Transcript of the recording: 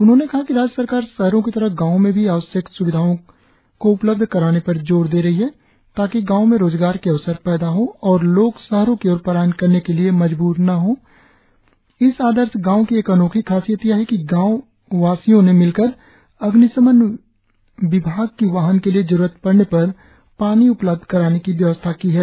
उन्होंने कहा कि राज्य सरकार शहरों की तरह गांवों में भी आवश्यक सुविधाओं को उपलब्ध कराने पर जोर दे रही है ताकि गांवों में रोजगार के अवसर पैदा हो और लोग शहरों की और पलायन करने के लिए मजबूर न हो इस आदर्श गांव की एक अनोखी खासियत यह है कि गांव वासियों ने मिलकर अग्निशमन विभाग की वाहन के लिए जरुरत पड़ने पर पानी उपलब्ध कराने की व्यवस्था की है